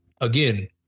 again